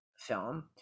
film